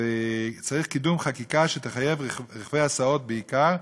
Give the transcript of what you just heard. וצריך קידום חקיקה שתחייב רכבי הסעות בעיקר,